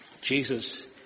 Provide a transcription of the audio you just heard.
Jesus